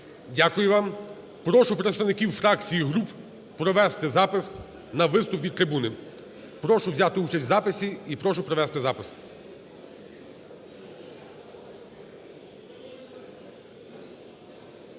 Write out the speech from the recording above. Дякую вам. Прошу представників фракцій і груп провести запис на виступ від трибуні. Прошу взяти участь в записі і прошу провести запис.